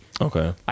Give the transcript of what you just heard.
okay